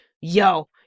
yo